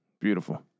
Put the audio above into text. Beautiful